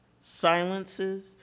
silences